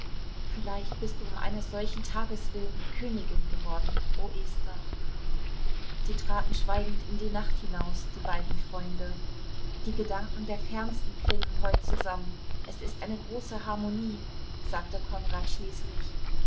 vielleicht bist du um eines solchen tages willen königin geworden o esther sie traten schweigend in die nacht hinaus die beiden freunde die gedanken der fernsten klingen heut zusammen es ist eine große harmonie sagte konrad schließlich